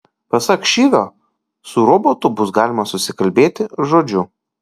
pasak šivio su robotu bus galima susikalbėti žodžiu